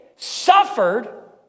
suffered